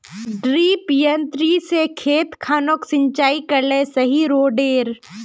डिरिपयंऋ से खेत खानोक सिंचाई करले सही रोडेर?